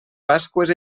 pasqües